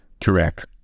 Correct